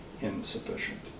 insufficient